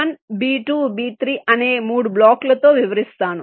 B1 B2 B3 అనే 3 బ్లాక్లతో వివరిస్తాను